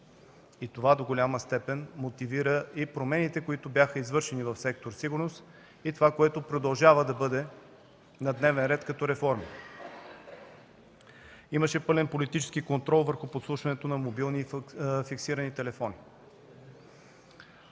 Това до голяма степен мотивира и промените, които бяха извършени в сектор „Сигурност“, и това, което продължава да бъде на дневен ред като реформи. Имаше пълен политически контрол върху подслушването на мобилни и фиксирани телефони.